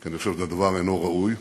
כי אני חושב שהדבר אינו ראוי,